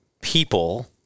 people